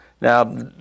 Now